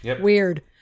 Weird